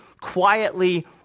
quietly